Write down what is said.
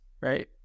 right